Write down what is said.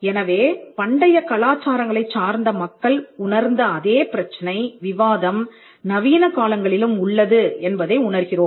எனவே பண்டைய கலாச்சாரங்களைச் சார்ந்த மக்கள் உணர்ந்த அதே பிரச்சனை விவாதம் நவீன காலங்களிலும் உள்ளது என்பதை உணர்கிறோம்